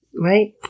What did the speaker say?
Right